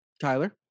Tyler